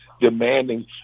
demanding